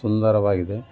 ಸುಂದರವಾಗಿದೆ